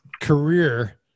career